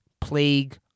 plague